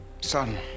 Son